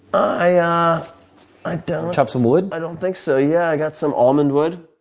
i ah i don't. chop some wood? i don't think so. yeah, i got some almond wood,